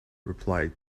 replied